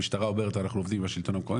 המשטרה אומרת אנחנו עובדים עם השלטון המקומי,